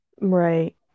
right